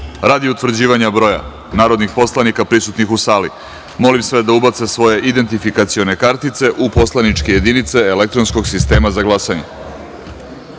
utvrđivanja broja narodnih poslanika prisutnih u sali, molim sve da ubace svoje identifikacione kartice u poslaničke jedinice elektronskog sistema za glasanje.